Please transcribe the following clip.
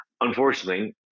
Unfortunately